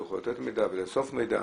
והוא יכול לתת מידע ולאסוף מידע.